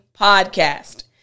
podcast